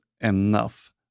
enough